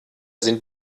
sind